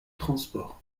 transport